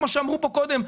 כמו שאמרו פה קודם,